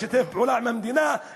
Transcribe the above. משתף פעולה עם המדינה,